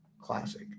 classic